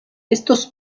estos